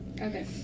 Okay